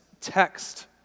text